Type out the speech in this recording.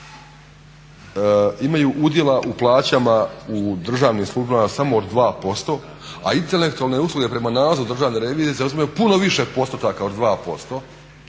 imaju udjela u plaćama u državnim službama samo od 2% a intelektualne usluge prema nalazu državne revizije zauzimaju puno više postotaka od 2%,